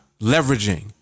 leveraging